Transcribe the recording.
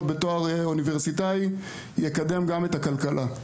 בתואר אוניברסיטאי יקדם גם את הכלכלה.